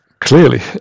clearly